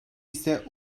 ise